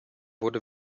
wurde